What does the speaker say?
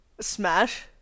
smash